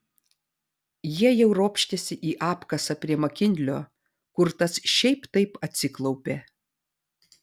jie jau ropštėsi į apkasą prie makinlio kur tas šiaip taip atsiklaupė